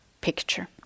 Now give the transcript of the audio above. picture